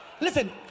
Listen